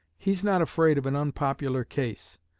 he's not afraid of an unpopular case.